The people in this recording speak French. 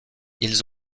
ils